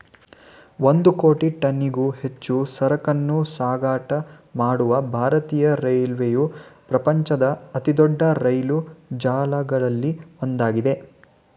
ಒಂದು ಕೋಟಿ ಟನ್ನಿಗೂ ಹೆಚ್ಚು ಸರಕನ್ನೂ ಸಾಗಾಟ ಮಾಡುವ ಭಾರತೀಯ ರೈಲ್ವೆಯು ಪ್ರಪಂಚದಲ್ಲಿ ಅತಿದೊಡ್ಡ ರೈಲು ಜಾಲಗಳಲ್ಲಿ ಒಂದಾಗಿದೆ